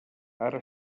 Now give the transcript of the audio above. ara